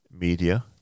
media